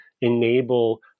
enable